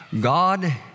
God